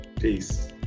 Peace